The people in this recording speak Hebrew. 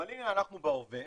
אבל הנה אנחנו בהווה,